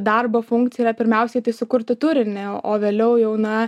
darbo funkcija yra pirmiausiai tai sukurti turinį o vėliau jau na